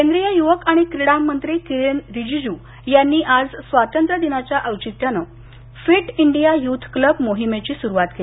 केंद्रीय युवक आणि क्रीडा मंत्री किरेन रिजीजू यांनी आज स्वातंत्र्य दिनाच्या औचित्याने फिट इंडिया युथ क्लब मोहिमेची सुरुवात केली